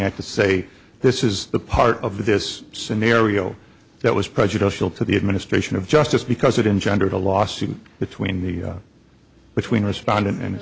at to say this is the part of this scenario that was prejudicial to the administration of justice because it engendered a lawsuit between the between respondent and